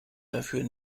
dafür